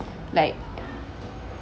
like